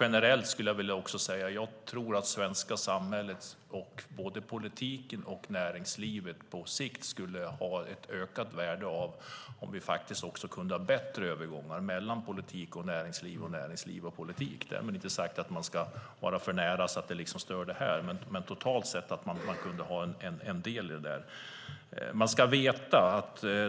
Generellt skulle jag vilja säga: Jag tror att det svenska samhället - både politiken och näringslivet - på sikt skulle ha ett ökat värde av om vi kunde ha bättre övergångar mellan politik och näringsliv och mellan näringsliv och politik. Därmed är det inte sagt att man ska vara för nära, så att det liksom stör. Men totalt sett kunde man ha en del i detta.